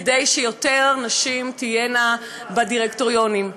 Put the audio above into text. כדי שיותר נשים תהיינה בדירקטוריונים.